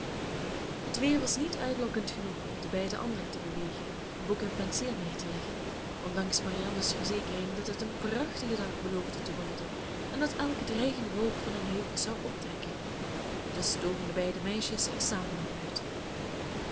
het weer was niet uitlokkend genoeg om de beide anderen te bewegen boek en penseel neer te leggen ondanks marianne's verzekering dat het een prachtige dag beloofde te worden en dat elke dreigende wolk van hun heuvels zou optrekken dus togen de beide meisjes er samen op uit